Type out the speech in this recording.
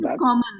common